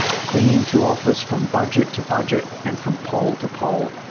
clinging to office from budget to budget and from poll to poll.